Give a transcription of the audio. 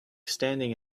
standing